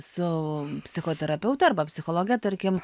su psichoterapeute arba psichologe tarkim